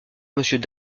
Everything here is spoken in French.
monsieur